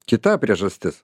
kita priežastis